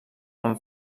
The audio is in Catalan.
amb